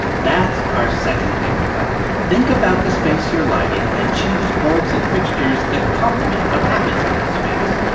that's our second takeaway think about the space you're lighting and choose bulbs and fixtures that complement what happens in that space.